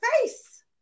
face